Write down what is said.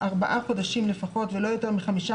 ארבעה חודשים לפחות ולא יותר מחמישה